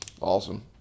awesome